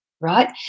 right